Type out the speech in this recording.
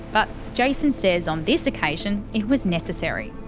but jayson says on this occasion it was necessary.